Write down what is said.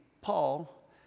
Paul